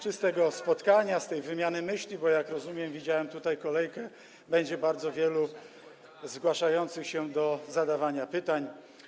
z tego spotkania, z tej wymiany myśli, bo jak rozumiem - widziałem tutaj kolejkę - będzie bardzo wielu zgłaszających się do zadawania pytań.